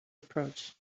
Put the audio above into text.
approach